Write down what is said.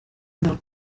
not